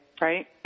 right